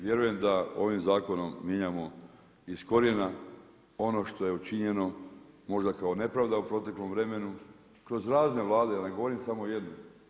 Vjerujem da ovim zakonom mijenjamo iz krojena ono što je učinjeno, možda kao nepravda u proteklom vremenu, kroz razne Vlade jer ne govorim samo o jednoj.